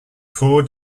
poor